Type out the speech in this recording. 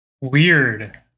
Weird